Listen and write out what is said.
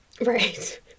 Right